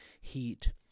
heat